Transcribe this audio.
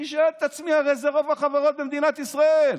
אני שואל את עצמי: הרי זה רוב החברות במדינת ישראל.